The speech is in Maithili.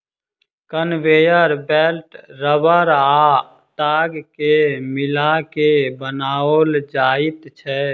कन्वेयर बेल्ट रबड़ आ ताग के मिला के बनाओल जाइत छै